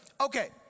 Okay